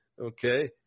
Okay